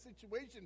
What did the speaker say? situation